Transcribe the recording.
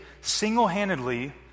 single-handedly